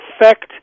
affect